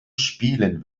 spielen